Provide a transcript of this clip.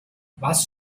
was